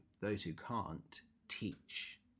those-who-can't-teach